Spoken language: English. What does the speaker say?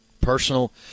Personal